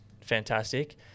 fantastic